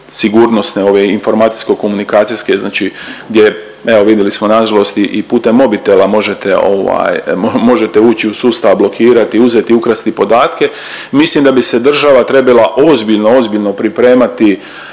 sigurnosne ove informacijsko komunikacijske znači gdje je, evo vidjeli smo nažalost i, i putem mobitela možete ovaj, možete ući u sustav, blokirati, uzeti i ukrasti podatke, mislim da bi se država trebala ozbiljno, ozbiljno pripremati,